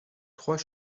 trois